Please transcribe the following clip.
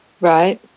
Right